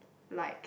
like